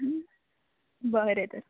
बरें तर